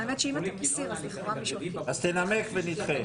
האמת, שאם אתה מסיר אז --- אז תנמק ונדחה.